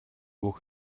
бүх